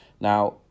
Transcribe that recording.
Now